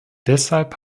deshalb